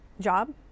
job